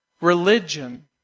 religion